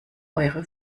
eure